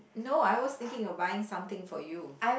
no I was thinking of buying something for you